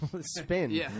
spin